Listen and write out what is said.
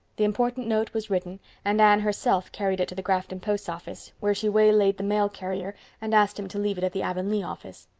the important note was written and anne herself carried it to the grafton post office, where she waylaid the mail carrier and asked him to leave it at the avonlea office.